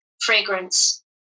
fragrance